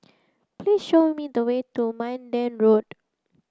please show me the way to Minden Road